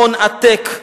הון עתק.